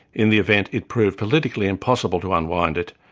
in the event, it proved politically impossible to unwind it,